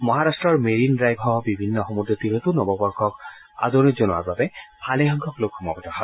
মহাৰাট্টৰ মেৰিণ ডাইভসহ বিভিন্ন সমূদ্ৰ তীৰত নৱবৰ্ষক আদৰণি জনোৱাৰ বাবে ভালেসংখ্যক লোক সমবেত হয়